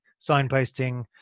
signposting